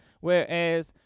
whereas